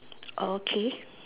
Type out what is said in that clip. okay